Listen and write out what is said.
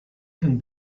can